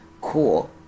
Cool